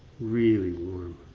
really warm.